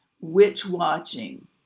witch-watching